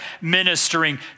ministering